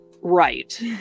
Right